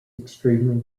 extremely